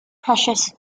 precious